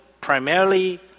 primarily